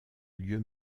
lieu